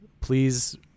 please